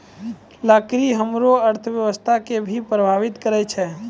लकड़ी हमरो अर्थव्यवस्था कें भी प्रभावित करै छै